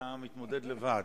אתה מתמודד לבד.